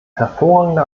hervorragende